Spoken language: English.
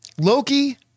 Loki